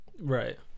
Right